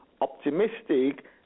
optimistic